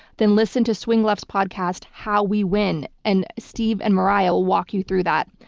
then listen to swing left's podcast, how we win, and steve and mariah will walk you through that.